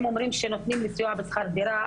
הם אומרים שנותנים לי סיוע בשכר דירה,